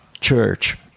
church